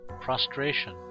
prostration